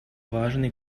важной